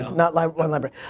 not like wine library.